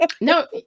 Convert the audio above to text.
no